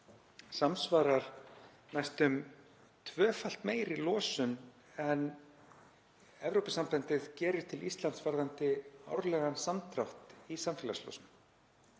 samsvarar næstum tvöfalt meiri losun en Evrópusambandið gerir kröfur til Íslands varðandi árlegan samdrátt í samfélagsgerðinni.